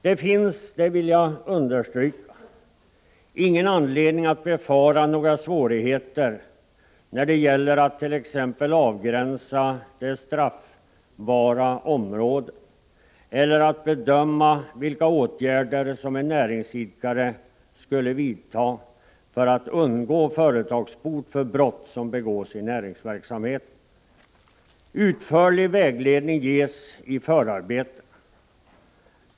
Det finns, vill jag understryka, ingen anledning att befara några svårigheter när det gäller att t.ex. avgränsa det straffbara området eller att bedöma vilka åtgärder som en näringsidkare måste vidta för att undgå företagsbot för brott som begås i näringsverksamheten. Utförlig vägledning ges i förarbetena.